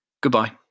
Goodbye